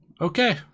Okay